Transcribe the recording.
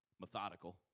methodical